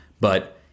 but-